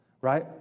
right